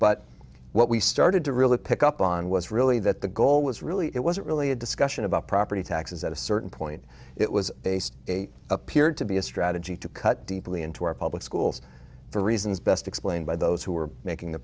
but what we started to really pick up on was really that the goal was really it wasn't really a discussion about property taxes at a certain point it was based a appeared to be a strategy to cut deeply into our public schools for reasons best explained by those who are making the